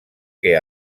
que